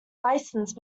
licence